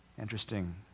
Interesting